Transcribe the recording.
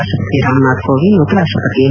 ರಾಷ್ಟಪತಿ ರಾಮನಾಥ್ ಕೋವಿಂದ್ ಉಪರಾಷ್ಟಪತಿ ಎಂ